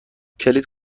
کلید